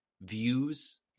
views